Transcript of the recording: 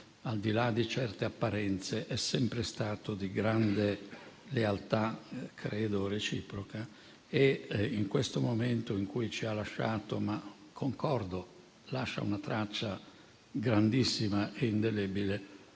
al di là di certe apparenze, è sempre stato di grande lealtà, credo reciproca. In questo momento in cui ci ha lasciato - concordo nel dire che lascia una traccia grandissima e indelebile